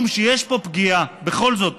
משום שיש פה פגיעה בכל זאת,